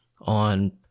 on